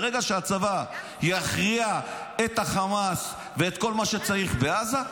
ברגע שהצבא יכריע את החמאס ואת כל מה שצריך בעזה,